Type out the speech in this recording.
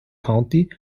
county